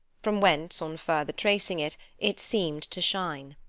from whence, on further tracing it, it seemed to shine.